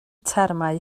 termau